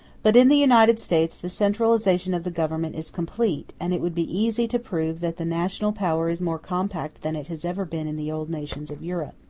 but in the united states the centralization of the government is complete and it would be easy to prove that the national power is more compact than it has ever been in the old nations of europe.